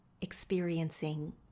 experiencing